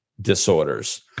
disorders